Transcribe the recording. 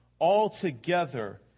altogether